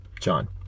John